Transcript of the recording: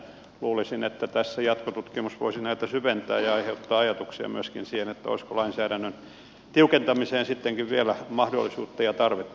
luulisin että tässä jatkotutkimus voisi näitä syventää ja aiheuttaa ajatuksia myöskin siihen liittyen olisiko lainsäädännön tiukentamiseen sittenkin vielä mahdollisuutta ja tarvetta